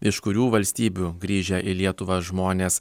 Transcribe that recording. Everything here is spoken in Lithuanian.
iš kurių valstybių grįžę į lietuvą žmonės